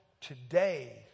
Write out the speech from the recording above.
today